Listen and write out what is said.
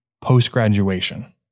post-graduation